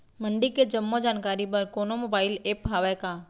मंडी के जम्मो जानकारी बर कोनो मोबाइल ऐप्प हवय का?